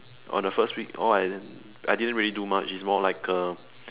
on the first week all I I didn't really do much it's more like a